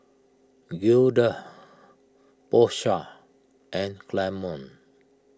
Gilda Porsha and Clemon